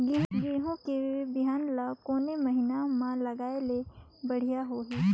गहूं के बिहान ल कोने महीना म लगाय ले बढ़िया होही?